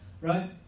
right